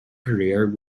career